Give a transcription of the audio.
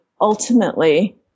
ultimately –